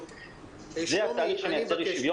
זה התהליך שמייצר אי-שוויון.